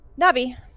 Nabi